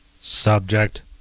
Subject